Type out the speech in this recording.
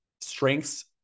strengths